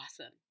Awesome